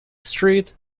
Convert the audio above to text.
street